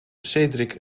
cedric